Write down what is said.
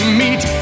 meet